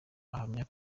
ahamya